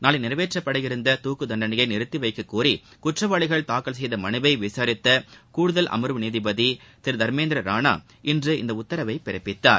நாளை நிறைவேற்றப்படவிருந்த தூக்கு தண்டனையை நிறுத்தி வைக்கக்கோரி குற்றவாளிகள் தாக்கல் செய்த மனுவை விசாரித்த கூடுதல் அமர்வு நீதிபதி திரு தர்மேந்தர் ரானா இன்று இந்த உத்தரவை பிறப்பித்தார்